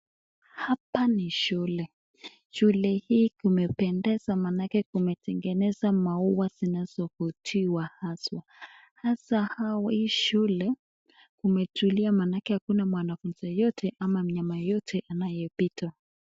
Hapa ni shule, shule hii kumependeza manake kumetengenezwa maua zinazovutiwa haswa, hasa hii shule umetulia manake hakuna mwanafunzi yeyote ama mnyama yeyote anayoipita.